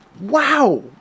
wow